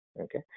okay